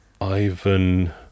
Ivan